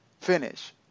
finish